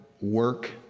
work